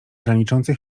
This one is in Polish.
graniczące